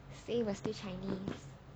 see we are still chinese